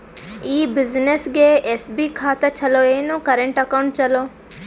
ಈ ಬ್ಯುಸಿನೆಸ್ಗೆ ಎಸ್.ಬಿ ಖಾತ ಚಲೋ ಏನು, ಕರೆಂಟ್ ಅಕೌಂಟ್ ಚಲೋ?